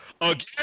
Again